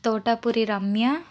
Thotapuri Ramya